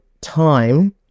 time